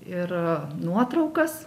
ir nuotraukas